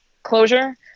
Closure